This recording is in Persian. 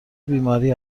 بیماری